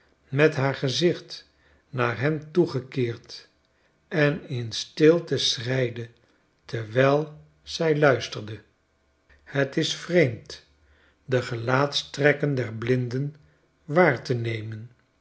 met haar gezicht naar hen toegekeerd en in stilte schreide terwijl zij luisterde het is vreemd de gelaatstrekken der blinden waar te nemen